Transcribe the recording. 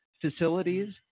facilities